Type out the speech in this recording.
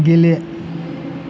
गेले